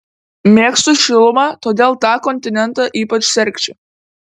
mėgstu šilumą todėl tą kontinentą ypač sergsčiu